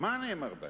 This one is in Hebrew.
מה נאמר באנאפוליס?